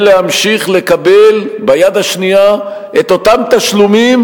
ימשיך לקבל ביד השנייה את אותם תשלומים